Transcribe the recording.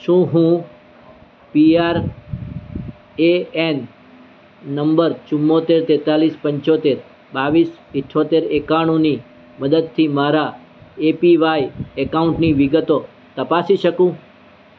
શું હું PR A N number ચુંમોતેર તેંતાળીસ પંચોતેર બાવીસ ઇઠ્ઠોતેર એકાણુંની મદદથી મારા એપીવાય એકાઉન્ટની વિગતો તપાસી શકું